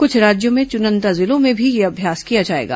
कुछ राज्यों में चुनिंदा जिलों में भी यह अभ्यास किया जाएगा